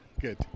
Good